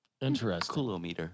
Interesting